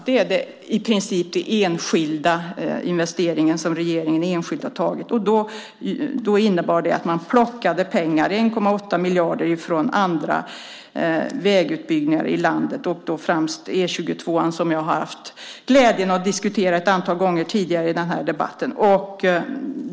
Det är i princip den enda enskilda investering som regeringen fattat beslut om. Det innebar att man plockade pengar, 1,8 miljarder, från andra vägutbyggnader i landet, främst från E 22, som jag haft glädjen att diskutera ett antal gånger tidigare i denna kammare.